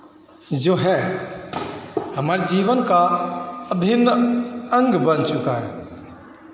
जो है हमारे जीवन का अभिन्न अंग बन चुका है